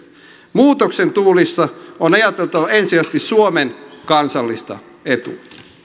muutoksen tuulissa on ajateltava ensisijaisesti suomen kansallista etua